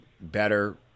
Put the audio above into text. better